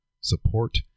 support